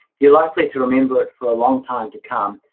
you're likely to remember it for a long time to come,